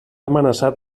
amenaçat